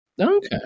Okay